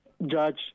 Judge